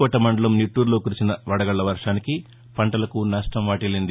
కోట మండలం నిట్టూరులో కురిసిన వడగళ్ల వర్షానికి పంటలకు నష్టం వాటిల్లింది